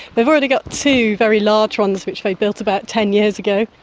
they've already got two very large ones, which they built about ten years ago.